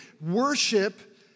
worship